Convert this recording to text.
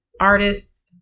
artist